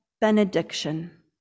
benediction